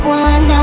one